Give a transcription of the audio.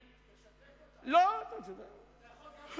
תשתף אותנו, אתה יכול גם בצרפתית.